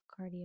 cardio